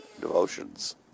devotions